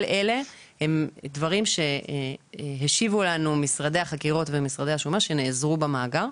כל אלה הם דברים שהשיבו לנו משרדי החקירות ומשרדי השומות שנעזרו במאגר.